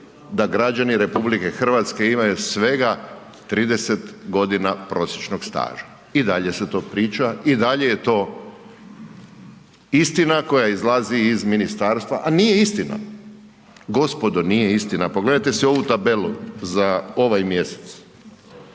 da građani RH imaju svega 30 g. prosječnog staža. I dalje se to pričam, i dalje je to istina koja izlazi iz ministarstva a nije istina, gospodo, nije istina, pogledajte si ovu tabelu za ovaj mjesec.